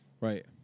Right